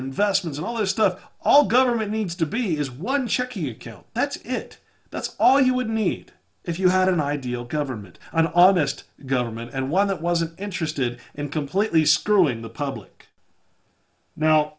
investments and all this stuff all government needs to be is one chickie account that's it that's all you would need if you had an ideal government an honest government and one that wasn't interested in completely screwing the public now